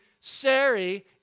Sari